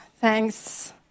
Thanks